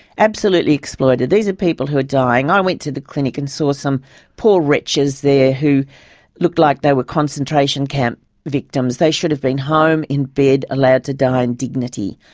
absolutely exploited. these are people who are dying. i went to the clinic and saw some poor wretches there ah who looked like they were concentration camp victims. they should have been home, in bed, allowed to die in dignity,